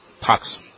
parks